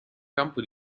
campo